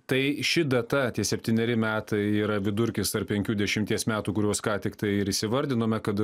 tai ši data tie septyneri metai yra vidurkis tarp penkių dešimties metų kuriuos ką tiktai ir įsivardinome kad